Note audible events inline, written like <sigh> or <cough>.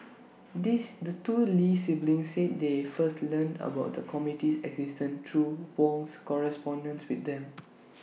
<noise> this the two lee siblings said they first learned about the committee's existence through Wong's correspondence with them <noise>